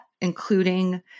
including